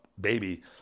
baby